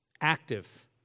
active